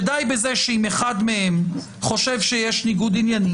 שדי בזה שאם אחד מהם חושב שיש ניגוד עניינים,